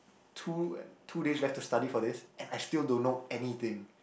two two days left to study for this and I still don't know anything